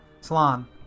Salon